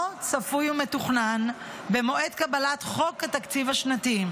'צפוי ומתוכנן' במועד קבלת חוק התקציב השנתי,